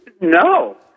no